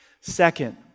Second